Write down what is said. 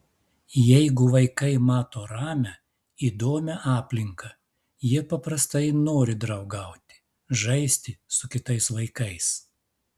jeigu vaikai mato ramią įdomią aplinką jie paprastai nori draugauti žaisti su kitais vaikais